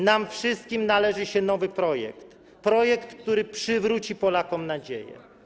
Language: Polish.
nam wszystkim należy się nowy projekt, projekt, który przywróci Polakom nadzieję.